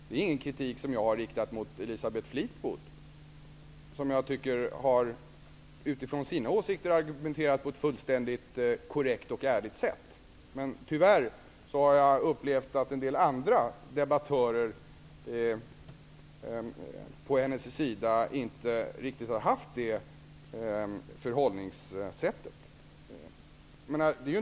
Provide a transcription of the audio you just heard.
Det är ingen kritik som jag har riktat mot Elisabeth Fleetwood, som jag tycker har argumenterat på ett fullständigt korrekt och ärligt sätt, utifrån sina åsikter. Tyvärr har jag upplevt att en del andra debattörer på hennes sida inte har haft det förhållningssättet.